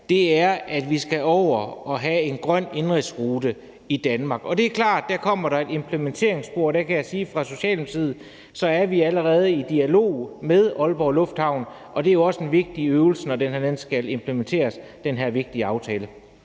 her, er, at vi skal over og have en grøn indenrigsrute i Danmark. Det er klart, at der kommer der et implementeringsspor, og der kan jeg sige fra Socialdemokratiet, at vi allerede er i dialog med Aalborg lufthavn, og det er også en vigtig øvelse, når den her vigtige aftale